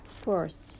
first